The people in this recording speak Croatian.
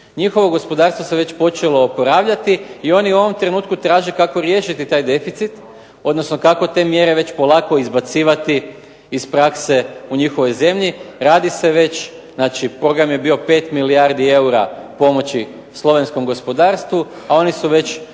Njihovo gospodarstvo se već počelo oporavljati i oni u ovom trenutku traže kako riješiti taj deficit, odnosno kako te mjere već polako izbacivati iz prakse u njihovoj zemlji. Radi se već, znači program je bio 5 milijardi eura pomoći slovenskom gospodarstvu, a oni su već